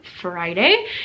Friday